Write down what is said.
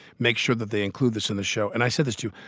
make sure that they include this in the show. and i said this, too.